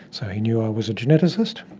so he knew i was a geneticist.